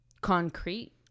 concrete